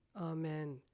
Amen